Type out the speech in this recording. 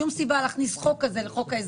אין שום סיבה להכניס חוק כזה לחוק ההסדרים.